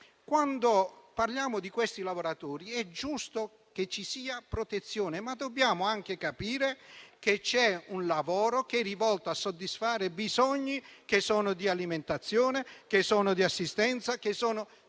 Quando parliamo di questi lavoratori, è giusto che ci sia protezione, ma dobbiamo anche capire che c'è un lavoro che è rivolto a soddisfare bisogni che sono di alimentazione, di assistenza di altre persone,